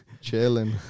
Chilling